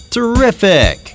Terrific